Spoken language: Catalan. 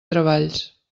treballs